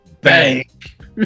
bank